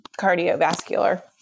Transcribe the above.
cardiovascular